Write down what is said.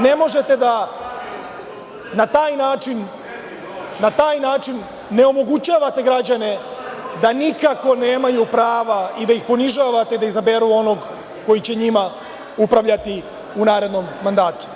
Ne možete da na taj način ne omogućavate građane da nikako nemaju prava i da ih ponižavate da izaberu onog ko će njima upravljati u narednom mandatu.